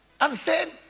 Understand